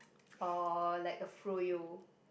or like a Froyo